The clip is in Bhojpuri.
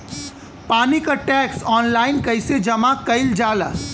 पानी क टैक्स ऑनलाइन कईसे जमा कईल जाला?